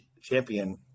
champion